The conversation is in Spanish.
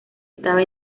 estaba